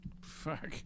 Fuck